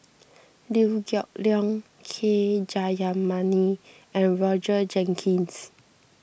Liew Geok Leong K Jayamani and Roger Jenkins